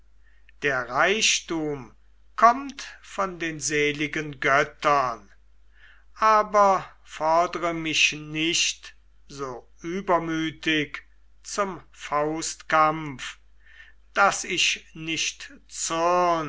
der reichtum kommt von den seligen göttern aber fordre mich nicht so übermütig zum faustkampf daß ich nicht